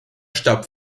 starb